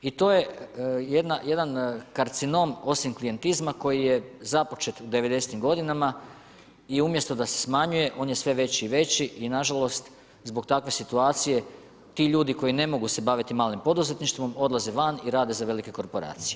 I to je jedan karcinom osim klijentizma koji je započet u 90-tim godinama i umjesto da se smanjuje, on je sve veći i veći i nažalost zbog takve situacije ti ljudi koji ne mogu se baviti mali poduzetništvom, odlaze van i rade za velike korporacije.